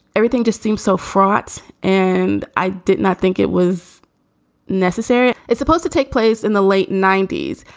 everything just seems so fraught. and i did not think it was necessary. it's supposed to take place in the late ninety s.